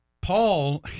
Paul